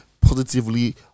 positively